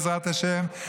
בעזרת השם,